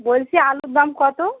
বলছি আলুর দাম কত